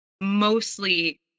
mostly